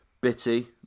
Bitty